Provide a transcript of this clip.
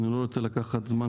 אני לא רוצה לקחת זמן,